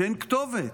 שאין כתובת.